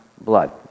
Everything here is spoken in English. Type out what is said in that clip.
blood